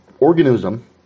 organism